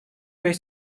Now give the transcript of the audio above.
beş